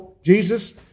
Jesus